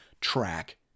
track